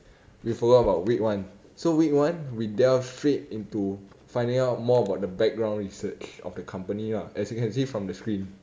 we forgot about week one so week one we delve straight into finding out more about the background research of the company ah as you can see from the screen